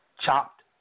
chopped